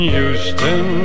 Houston